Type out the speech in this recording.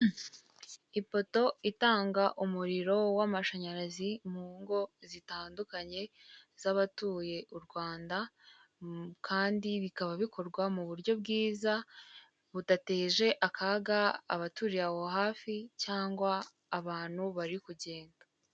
Ipoto itanga umuriro w'amashanyarazi mu ngo zitandukanye z'abatuye u Rwanda kandi bikaba bikorwa mu buryo bwiza, budateje akaga abaturiye aho hafi cyangwa abantu bari kugenda.